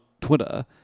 Twitter